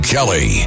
Kelly